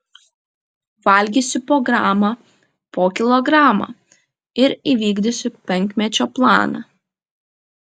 valgysiu po gramą po kilogramą ir įvykdysiu penkmečio planą